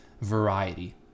variety